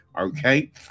okay